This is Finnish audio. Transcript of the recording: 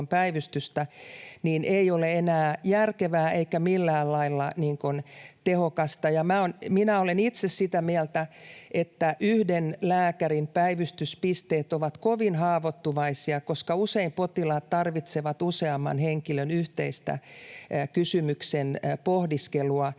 ei ole enää järkevää eikä millään lailla tehokasta. Minä olen itse sitä mieltä, että yhden lääkärin päivystyspisteet ovat kovin haavoittuvaisia, koska usein potilaat tarvitsevat useamman henkilön yhteistä kysymyksen pohdiskelua